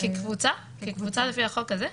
כקבוצה לפי החוק הזה?